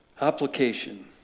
Application